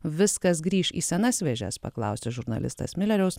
viskas grįš į senas vėžes paklausė žurnalistas mileriaus